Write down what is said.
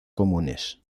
comunes